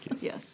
Yes